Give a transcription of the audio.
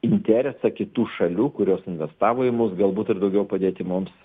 interesą kitų šalių kurios investavo į mus galbūt ir daugiau padėti mums